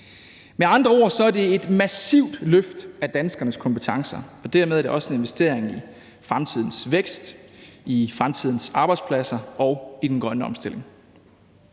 Med andre ord er det et massivt løft af danskernes kompetencer, og dermed er det også en investering i fremtidens vækst, i fremtidens arbejdspladser og i den grønne omstilling.